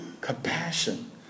Compassion